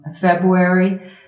February